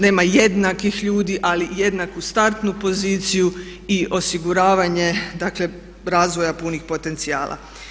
Nema jednakih ljudi ali jednaku startnu poziciju i osiguravanje dakle razvoja punih potencijala.